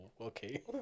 okay